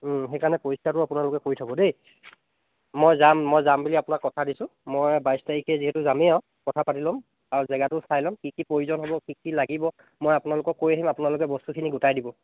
সেইকাৰণে পৰিষ্কাৰটো আপোনালোকে কৰি থ'ব দেই মই যাম মই যাম বুলি আপোনাক কথা দিছোঁ মই বাইছ তাৰিখে যিহেতু যামেই আৰু কথা পাতি ল'ম আৰু জেগাটো চাই ল'ম কি কি প্ৰয়োজন হ'ব কি লাগিব মই আপোনালোকক কৈ আহিম আপোনালোকে বস্তুখিনি গোটাই দিব